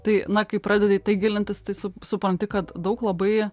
tai na kai pradedi į tai gilintis tai su supranti kad daug labai